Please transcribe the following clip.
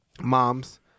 moms